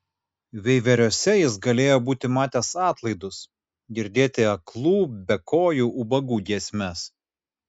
veiveriuose jis galėjo būti matęs atlaidus girdėti aklų bekojų ubagų giesmes